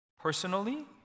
personally